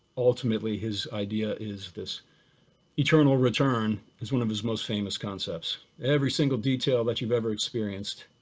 ultimately his idea is this eternal return, is one of his most famous concepts. every single detail that you've ever experienced